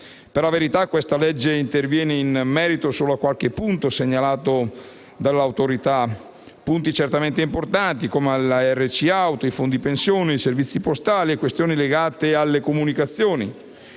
Per la verità, questo provvedimento interviene in merito solo a qualche punto segnalato dall'Autorità. Si tratta di punti certamente importanti come la RC Auto, i fondi pensioni, i servizi postali e le questioni legate alle comunicazioni.